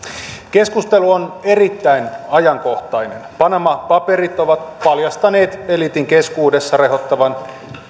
keskustelu on erittäin ajankohtainen panama paperit ovat paljastaneet eliitin keskuudessa rehottavan